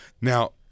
Now